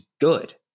good